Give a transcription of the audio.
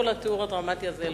אבל למרות כל התיאור הדרמטי הזה,